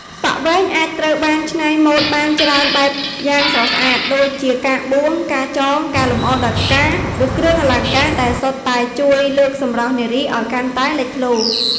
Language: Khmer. សក់វែងអាចត្រូវបានច្នៃម៉ូដបានច្រើនបែបយ៉ាងស្រស់ស្អាត ដូចជា ការបួង ការចង ការលម្អដោយផ្កា ឬគ្រឿងអលង្ការ ដែលសុទ្ធតែជួយលើកសម្រស់នារីឱ្យកាន់តែលេចធ្លោ។